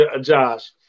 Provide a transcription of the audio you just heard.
Josh